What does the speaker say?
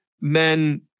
men